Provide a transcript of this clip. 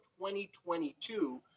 2022